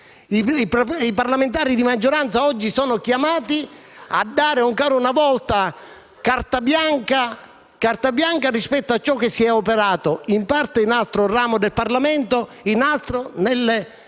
I parlamentari di maggioranza oggi sono chiamati a dare ancora una volta carta bianca rispetto a ciò che si è operato in parte nell'altro ramo del Parlamento e in parte - devo